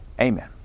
amen